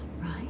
right